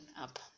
up